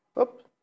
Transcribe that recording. Oops